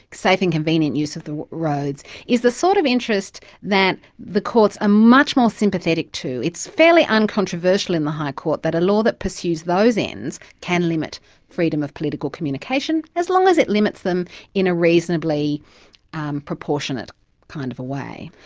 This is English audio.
safe and convenient use of the roads is the sort of interest that the courts are much more sympathetic to. it's fairly uncontroversial in the high court that a law that pursues those ends can limit freedom of political communication, as long as it limits them in a reasonably proportionate kind of a way.